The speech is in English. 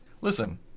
Listen